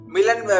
Milan